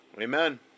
Amen